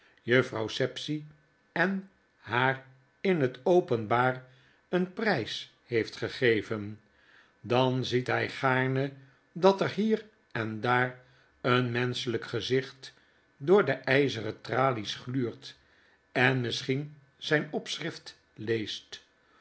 juffrouw sapsea en haar in het openbaar een prys heeft gegeven dan ziet hy gaarne dat er hier en daar een menschelijk gezicbt door de yzeren tralies gluurt en misschien zijn opschrift leest